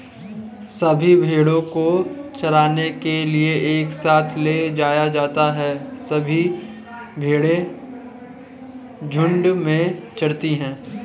सभी भेड़ों को चराने के लिए एक साथ ले जाया जाता है सभी भेड़ें झुंड में चरती है